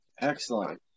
Excellent